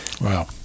wow